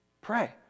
pray